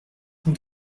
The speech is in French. cent